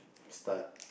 start